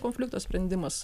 konflikto sprendimas